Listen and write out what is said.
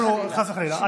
חס וחלילה.